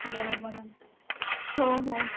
बरोबर आहे हो हो